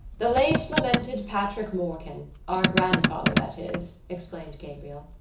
the late lamented patrick morkan, our grandfather, that is, explained gabriel,